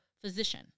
physician